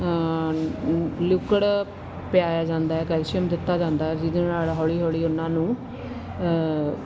liquid ਪਿਆਇਆ ਜਾਂਦਾ calcium ਦਿੱਤਾ ਜਾਂਦਾ ਜਿਹਦੇ ਨਾਲ ਹੌਲੀ ਹੌਲੀ ਉਹਨਾਂ ਨੂੰ